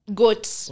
goats